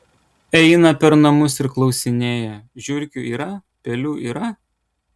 eina per namus ir klausinėja žiurkių yra pelių yra